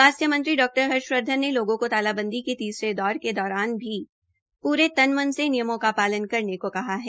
स्वास्थ्य मंत्री हर्ष वर्धन ने लोगों को तालाबंदी के तीसरे दौरान भी पूरे तन मन से नियमों का पालन करने को कहा है